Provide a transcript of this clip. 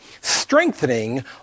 strengthening